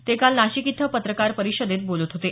ते काल नाशिक इथं पत्रकार परिषदेत बोलत होते